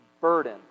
burden